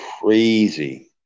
crazy